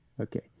Okay